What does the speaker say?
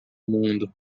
mundo